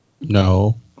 No